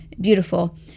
beautiful